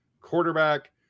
quarterback